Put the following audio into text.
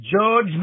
George